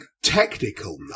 technical